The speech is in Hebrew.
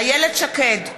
איילת שקד,